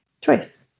choice